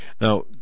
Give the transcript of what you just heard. Now